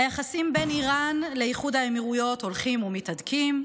היחסים בין איראן לאיחוד האמירויות הולכים ומתהדקים: